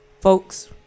Folks